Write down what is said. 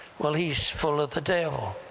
well, he's full of the devil!